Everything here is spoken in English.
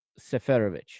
Seferovic